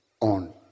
on